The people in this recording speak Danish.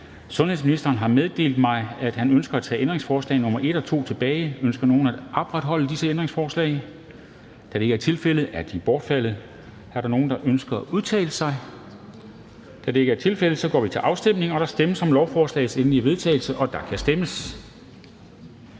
Sundhedsministeren har meddelt mig, at han ønsker at tage ændringsforslag nr. 1 og 2 tilbage. Ønsker nogen at opretholde disse ændringsforslag? Da det ikke er tilfældet, er ændringsforslagene bortfaldet. Er der nogen, der ønsker at udtale sig? Da det ikke er tilfældet, går vi til afstemning. Kl. 13:19 Afstemning Formanden (Henrik Dam Kristensen): Der stemmes